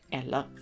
eller